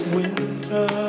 winter